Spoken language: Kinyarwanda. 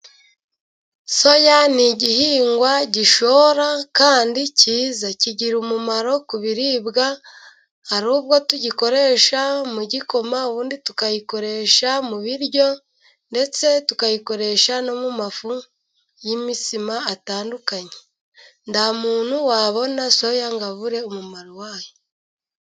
Soya ni igihingwa gishora kandi cyiza, kigira umumaro ku biribwa, hari ubwo tugikoresha mu gikoma, ubundi tukayikoresha mu biryo ndetse tukayikoresha no mu mafu y'imitsima atandukanye, nta muntu wabona soya ngo abure umumaro wayo.